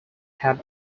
had